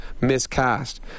miscast